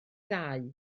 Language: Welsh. ddau